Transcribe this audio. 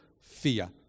fear